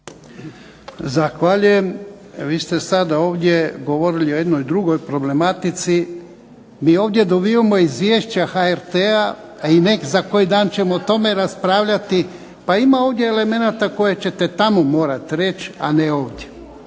Zahvaljujem. Vi ste sada ovdje govorili o jednoj drugoj problematici. Mi ovdje dobivamo izvješća HRT-a i za koji dan ćemo o tome raspravljati, pa ima ovdje elemenata koje ćete tamo morati reći, a ne ovdje.